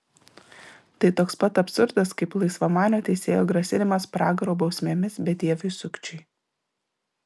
tai toks pat absurdas kaip laisvamanio teisėjo grasinimas pragaro bausmėmis bedieviui sukčiui